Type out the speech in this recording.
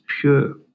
pure